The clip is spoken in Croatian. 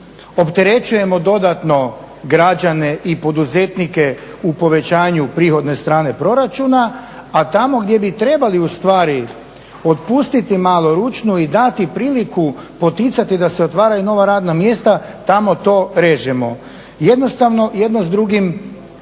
opterećujemo dodatno građane i poduzetnike u povećanju prihodne strane proračuna, a tamo gdje bi trebali ustvari otpustiti malo ručnu i dati priliku, poticati da se otvaraju nova radna mjesta, tamo to režemo. Jednostavno jedno s drugim